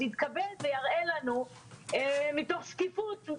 אז יתכבד ויראה לנו מתוך שקיפות.